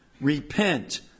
Repent